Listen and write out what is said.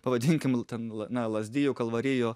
pavadinkim l ten na lazdijų kalvarijų